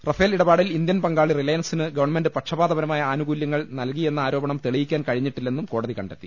Rafale ഇടപാടിൽ Indian പങ്കാളി റിലയൻസിന് ഗവൺമെന്റ് പക്ഷപാതപരമായി ആനുകൂല്യങ്ങൾ നൽകി യെന്ന ആരോപണം തെളിയിക്കാൻ കഴിഞ്ഞിട്ടില്ലെന്നും കോടതി കണ്ടെ ത്തി